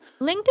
linkedin